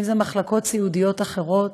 אם אלה מחלקות סיעודיות אחרות,